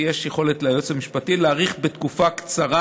ויש יכולת ליועץ המשפטי להאריך בתקופה קצרה,